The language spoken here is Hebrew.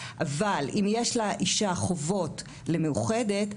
אבל אם יש לאישה חובות למאוחדת,